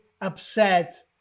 upset